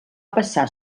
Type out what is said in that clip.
passar